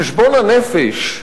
חשבון הנפש,